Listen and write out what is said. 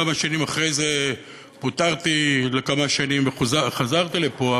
כמה שנים אחרי זה פוטרתי לכמה שנים וחזרתי לפה.